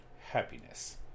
Happiness